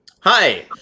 Hi